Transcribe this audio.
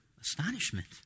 astonishment